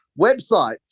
websites